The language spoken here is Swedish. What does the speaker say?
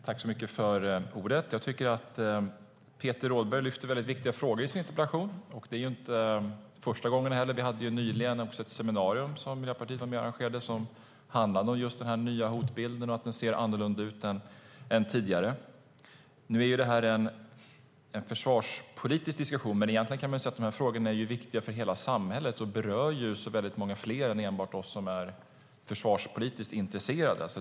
Fru talman! Jag tycker att Peter Rådberg lyfter upp väldigt viktiga frågor i sin interpellation. Det är inte första gången. Vi hade nyligen ett seminarium, som Miljöpartiet var med och arrangerade, som handlade om just den nya hotbilden och att den ser annorlunda ut än tidigare. Nu är det här en försvarspolitisk diskussion, men man kan säga att dessa frågor är viktiga för hela samhället och berör så många fler än enbart oss som är försvarspolitiskt intresserade.